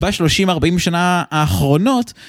בשלושים ארבעים שנה האחרונות